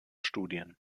studien